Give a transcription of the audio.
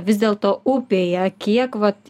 vis dėlto upėje kiek vat